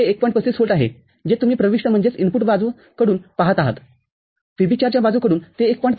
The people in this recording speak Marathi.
३५ व्होल्ट आहे जे तुम्ही प्रविष्टबाजूकडून पाहत आहात VB४ च्या बाजूकडून ते १